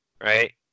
right